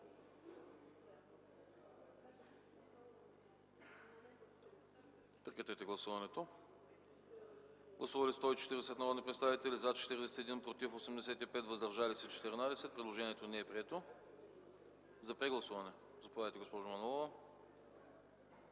Моля, гласувайте. Гласували 140 народни представители: за 41, против 85, въздържали се 14. Предложението не е прието. За прегласуване – заповядайте, госпожо Манолова.